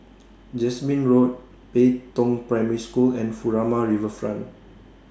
Jasmine Road Pei Tong Primary School and Furama Riverfront